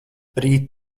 rīt